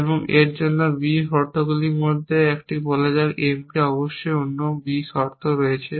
এবং এর জন্য B শর্তগুলির মধ্যে একটি বলা যাক M অবশ্যই অন্য B শর্ত রয়েছে